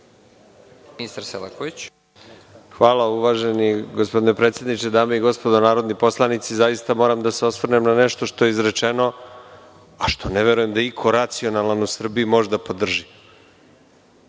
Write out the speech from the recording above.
**Nikola Selaković** Hvala uvaženi gospodine predsedniče, dame i gospodo narodni poslanici, zaista moram da se osvrnem na nešto što je izrečeno, a što ne verujem da iko racionalan u Srbiji može da podrži. Da